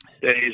days